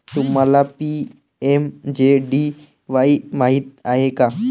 तुम्हाला पी.एम.जे.डी.वाई माहित आहे का?